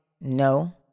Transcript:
No